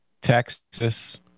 Texas